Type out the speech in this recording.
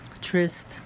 Trist